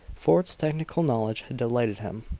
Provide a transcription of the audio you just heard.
fort's technical knowledge had delighted him.